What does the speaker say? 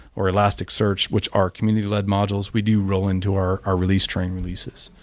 or elastic search which are community-led modules, we do roll into our our release train releases.